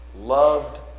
loved